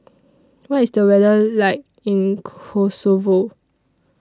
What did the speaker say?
What IS The weather like in Kosovo